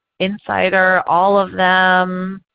insider, all of them,